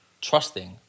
trusting